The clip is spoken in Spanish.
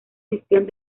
gestión